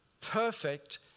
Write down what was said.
perfect